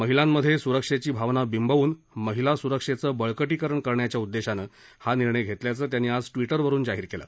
महिलांमधे सुरक्षेची भावना बिंबवून महिला सुरक्षेचं बळकटीकरण करण्याच्या उददेशानं हा निर्णय घेतल्याचं त्यांनी आज ट्विटवरुन जाहीर केलं